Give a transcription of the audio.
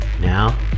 now